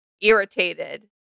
irritated